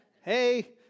hey